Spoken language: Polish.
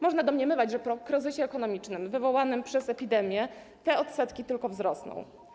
Można domniemywać, że po kryzysie ekonomicznym wywołanym przez epidemię te odsetki tylko wzrosną.